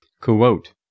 Quote